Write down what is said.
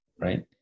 right